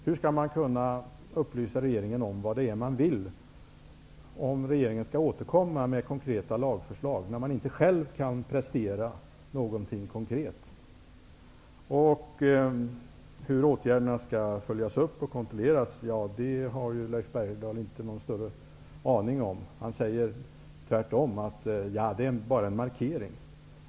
Hur skall man kunna belysa regeringen om vad det är man vill, om regeringen skall återkomma med konkreta förslag, när man inte själv kan prestera någonting konkret? Hur åtgärderna skall följas upp och kontrolleras har Leif Bergdahl inte någon större aning om. Han säger tvärtom att det bara är en markering.